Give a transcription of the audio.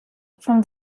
from